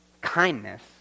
kindness